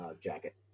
jacket